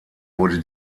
wurde